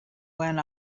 went